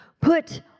Put